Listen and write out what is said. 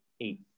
eight